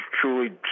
truly